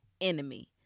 enemy